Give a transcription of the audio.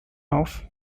auf